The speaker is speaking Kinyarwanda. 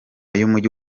y’umujyi